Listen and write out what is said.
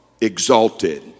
exalted